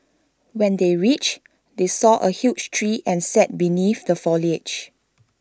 when they reached they saw A huge tree and sat beneath the foliage